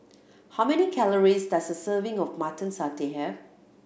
how many calories does a serving of Mutton Satay have